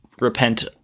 repent